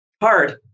hard